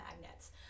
magnets